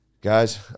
guys